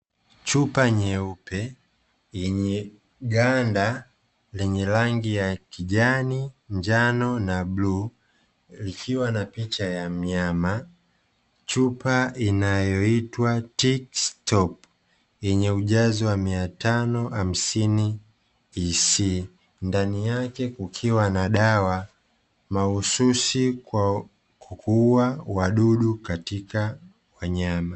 Chupa nyeupe yenye ganda lenye rangi ya kijani, njano na bluu, likiwa na picha ya mnyama. Chupa inayoitwa "tip top", yenye ujazo wa mia tano hamsini cc, ndani yake kukiwa na dawa mahususi kwa kuuwa wadudu katika wanyama.